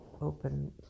open